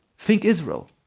think israel.